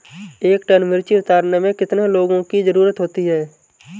एक टन मिर्ची उतारने में कितने लोगों की ज़रुरत होती है?